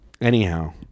Anyhow